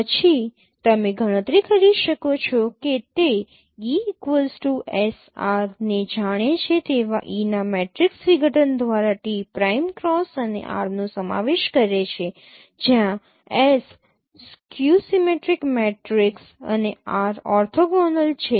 પછી તમે ગણતરી કરી શકો છો કે તે E SR ને જાણે છે તેવા E ના મેટ્રિક્સ વિઘટન દ્વારા t પ્રાઈમ ક્રોસ અને R નો સમાવેશ કરે છે જ્યાં S સ્ક્યૂ સિમેટ્રિક મેટ્રિક્સ અને R ઓર્થોગોનલ છે